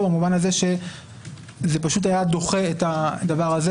במובן הזה שזה פשוט היה דוחה את הדבר הזה